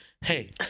hey